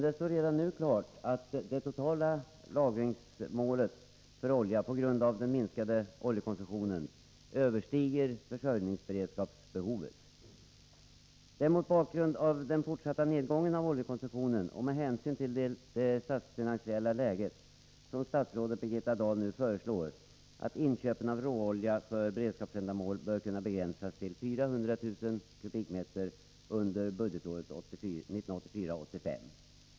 Det står redan nu klart att det totala lagringsmålet för olja på grund av den minskade oljekonsumtionen överstiger försörjningsberedskapsbehovet. Det är mot bakgrund av den fortsatta nedgången av oljekonsumtionen och med hänsyn till det statsfinansiella läget som statsrådet Birgitta Dahl nu föreslår att inköpen av råolja för beredskapsändamål bör begränsas till 400 000 m? under budgetåret 1984/85.